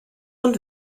und